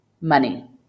money